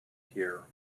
here